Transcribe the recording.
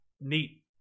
Neat